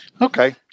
Okay